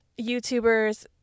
YouTubers